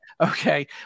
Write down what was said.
Okay